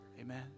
Amen